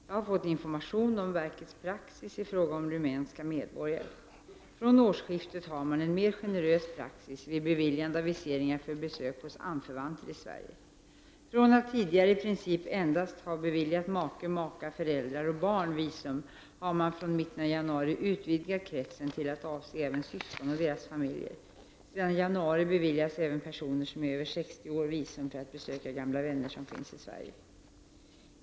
Jag har fått information om verkets praxis i fråga om rumänska medborgare. Från årsskiftet har man en mer generös praxis vid beviljande av viseringar för besök hos anförvanter i Sverige. Från att tidigare i princip endast ha beviljat make, maka, föräldrar och barn visum har man från mitten av januari utvidgat kretsen till att avse även syskon och deras familjer. Sedan januari beviljas även personer som är över 60 år visum för att besöka gamla vänner som finns i Sverige.